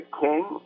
king